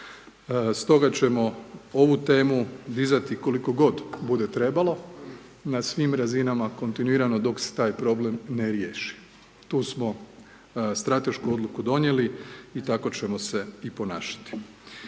Stoga ćemo ovu temu dizati koliko god bude trebalo. Na svim razinama kontinuirano dok se taj problem ne riješi. Tu smo stratešku odluku donijeli i tako ćemo se i ponašati.